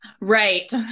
right